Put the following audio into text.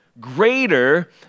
greater